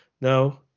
no